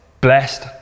blessed